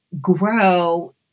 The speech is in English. grow